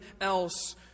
else